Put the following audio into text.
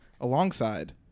alongside